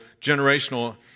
generational